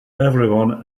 everyone